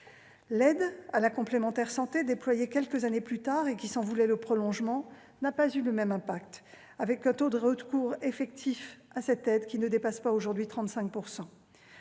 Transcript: L'aide à la complémentaire santé, déployée quelques années plus tard, et qui s'en voulait le prolongement, n'a pas eu le même impact. En effet, le taux de recours effectif à cette aide ne dépasse pas 35 % aujourd'hui.